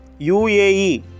UAE